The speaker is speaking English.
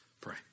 pray